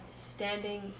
standing